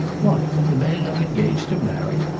what the man i'm engaged to marry!